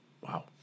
Wow